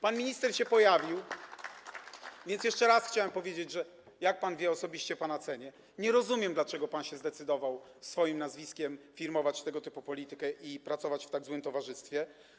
Pan minister się pojawił, więc jeszcze raz chciałem powiedzieć, że - jak pan osobiście wie, cenię pana - nie rozumiem, dlaczego pan się zdecydował swoim nazwiskiem firmować tego typu politykę i pracować w tak złym towarzystwie.